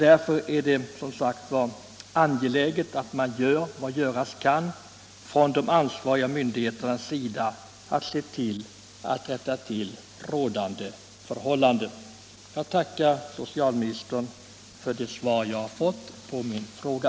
Därför är det som sagt angeläget att de ansvariga myndigheterna gör vad göras kan för att rätta till de rådande förhållandena. Jag tackar än en gång socialministern för det svar som jag har fått på min fråga.